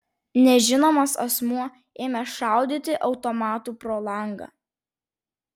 nežinomas asmuo ėmė šaudyti automatu pro langą